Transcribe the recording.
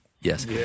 Yes